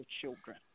children